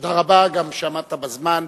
תודה רבה גם על כך שעמדת בזמן.